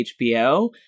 HBO